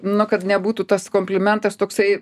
nu kad nebūtų tas komplimentas toksai